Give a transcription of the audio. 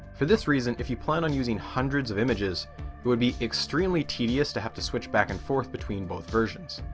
for this reason if you plan on using hundreds images, it would be extremely tedious to have to switch back and forth between both versions,